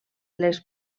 les